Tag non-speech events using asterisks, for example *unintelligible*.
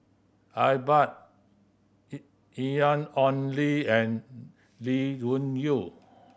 Iqbal *unintelligible* Ian Ong Li and Lee Wung Yew